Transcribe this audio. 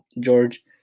George